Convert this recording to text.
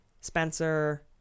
Spencer